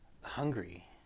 hungry